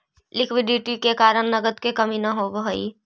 liquidity के कारण नगद के कमी न होवऽ हई